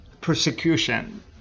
persecution